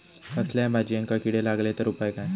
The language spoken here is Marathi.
कसल्याय भाजायेंका किडे लागले तर उपाय काय?